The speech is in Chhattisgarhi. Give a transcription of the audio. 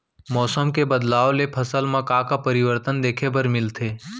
मौसम के बदलाव ले फसल मा का का परिवर्तन देखे बर मिलथे?